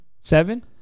seven